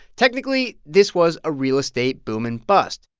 technically, this was a real estate boom and bust,